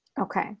Okay